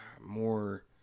more –